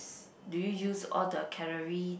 do you use all the calorie